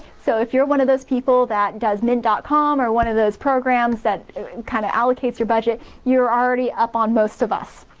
so if you're one of those people that does mint dot com or one of those programs that kinda allocates your budget, you're already up on most of us.